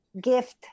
gift